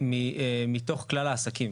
מתוך כלל העסקים,